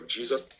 Jesus